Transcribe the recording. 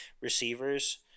receivers